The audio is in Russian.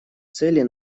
цели